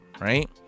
right